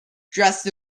dressed